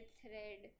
Thread